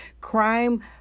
Crime